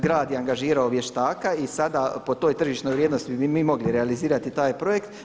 Grad je angažirao vještaka i sada po toj tržišnoj vrijednosti bi mi mogli realizirati taj projekt.